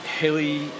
hilly